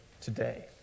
today